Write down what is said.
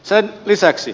sen lisäksi